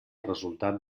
resultat